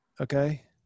okay